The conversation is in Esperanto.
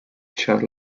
ĉar